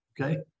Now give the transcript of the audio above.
Okay